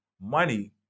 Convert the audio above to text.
money